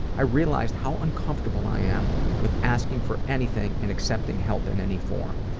i realized how uncomfortable i am with asking for anything and accepting help in any form.